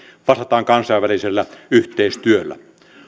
vastataan kansainvälisellä yhteistyöllä